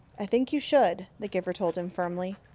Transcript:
i think you should, the giver told him firmly.